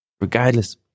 Regardless